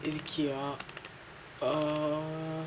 இருக்கியா:irukkiyaa err